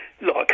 Look